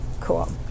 Cool